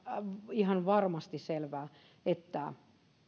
ihan varmasti selvää että